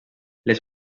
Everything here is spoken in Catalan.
les